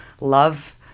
love